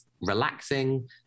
relaxing